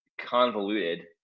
convoluted